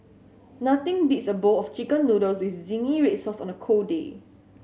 nothing beats a bowl of Chicken Noodles with zingy red sauce on a cold day